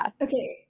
Okay